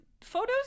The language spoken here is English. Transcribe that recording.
photos